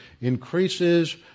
increases